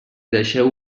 deixeu